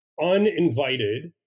uninvited